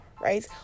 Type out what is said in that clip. right